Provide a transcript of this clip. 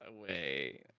away